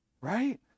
Right